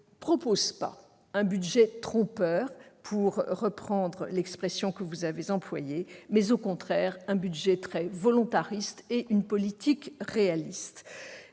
ne présente pas un budget trompeur, pour reprendre l'expression que vous avez employée, mais un budget volontariste, soutenant une politique réaliste.